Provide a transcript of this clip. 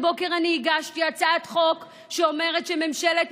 הבוקר אני הגשתי הצעת חוק שאומרת שממשלת